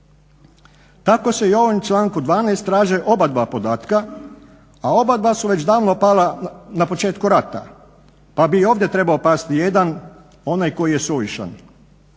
Tako se i u ovom članku 12. traže oba dva podatka, a obadva su već davno pala, na početku rata, pa bi i ovdje trebao pasti jedan, onaj koji je suvišan.